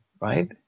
Right